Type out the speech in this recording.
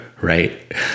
right